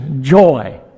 joy